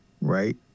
right